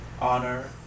honor